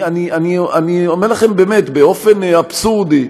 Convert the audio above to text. אני אומר לכם באמת, באופן אבסורדי,